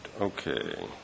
Okay